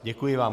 Děkuji vám.